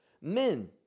men